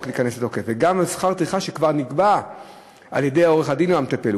ייכנס לתוקף וגם על שכר טרחה שכבר נגבה על-ידי עורך-דין או המטפל.